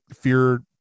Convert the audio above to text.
fear